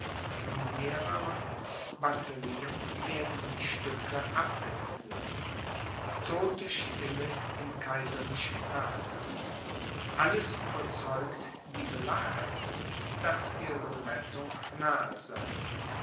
von mehrern batterieen werden die stücke abgeführt todte stille im kaiserlichen lager alles überzeugt die belagerten daß ihre rettung nahe sei